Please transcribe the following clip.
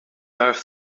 dive